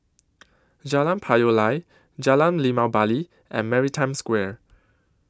Jalan Payoh Lai Jalan Limau Bali and Maritime Square